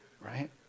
Right